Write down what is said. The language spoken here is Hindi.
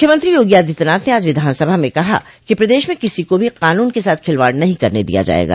मुख्यमंत्री योगी आदित्यनाथ ने आज विधानसभा में कहा कि प्रदेश में किसी को भी कानून के साथ खिलवाड़ नहीं करने दिया जायेगा